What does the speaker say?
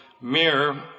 mirror